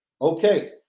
okay